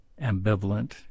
ambivalent